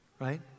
right